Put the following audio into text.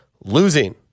losing